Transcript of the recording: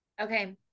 Okay